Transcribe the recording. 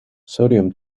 sodium